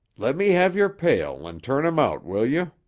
let me have your pail and turn em out, will you?